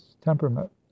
temperament